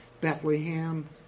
Bethlehem